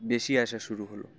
বেশি আসা শুরু হলো